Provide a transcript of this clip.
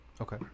Okay